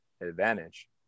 advantage